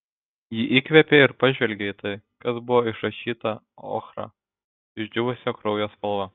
ji įkvėpė ir pažvelgė į tai kas buvo išrašyta ochra išdžiūvusio kraujo spalva